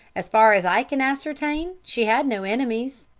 as far as i can ascertain she had no enemies.